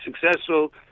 successful